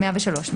103,